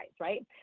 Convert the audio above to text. right